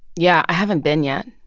yeah, i haven't been yet,